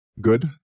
good